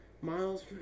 Miles